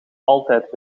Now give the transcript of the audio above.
altijd